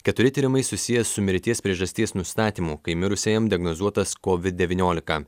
keturi tyrimai susiję su mirties priežasties nustatymu kai mirusiajam diagnozuotas kovid devyniolika